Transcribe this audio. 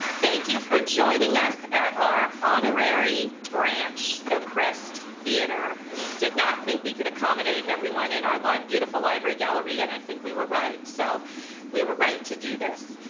thank you for joining us at our honorary branch, the crest theatre. we did not think we could accommodate everyone in our like beautiful library galleria, and i think we were right. so we were right to do this.